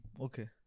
Okay